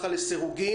הכנסת.